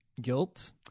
guilt